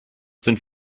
sind